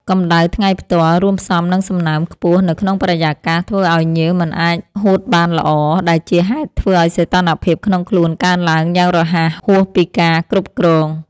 កម្ដៅថ្ងៃផ្ទាល់ រួមផ្សំនឹងសំណើមខ្ពស់នៅក្នុងបរិយាកាស ធ្វើឱ្យញើសមិនអាចរហួតបានល្អ ដែលជាហេតុធ្វើឱ្យសីតុណ្ហភាពក្នុងខ្លួនកើនឡើងយ៉ាងរហ័សហួសពីការគ្រប់គ្រង។